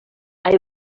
hay